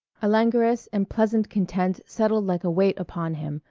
a languorous and pleasant content settled like a weight upon him,